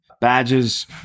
badges